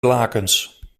lakens